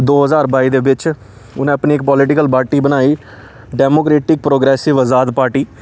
दो ज्हार बाई दे बिच्च उनें अपनी इक पोलिटिकल पार्टी बनाई डैमोक्रेटिक प्रोग्रेसिव अजाद पार्टी